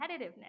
competitiveness